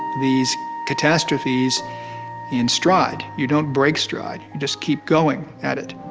these catastrophes in stride. you don't break stride, you just keep going at it.